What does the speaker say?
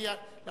שתי דקות.